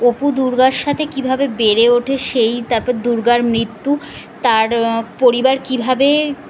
অপু দুর্গার সাথে কীভাবে বেড়ে ওঠে সেই তারপর দুর্গার মৃত্যু তার পরিবার কীভাবে